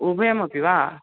उभयमपि वा